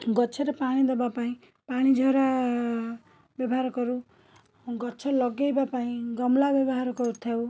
ଗଛରେ ପାଣି ଦବାପାଇଁ ପାଣିଝରା ବ୍ୟବହାର କରୁ ଗଛ ଲଗେଇବା ପାଇଁ ଗମଲା ବ୍ୟବହାର କରିଥାଉ